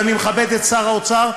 ואני מכבד את שר האוצר,